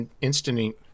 instant